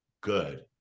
good